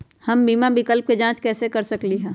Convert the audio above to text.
हम बीमा विकल्प के जाँच कैसे कर सकली ह?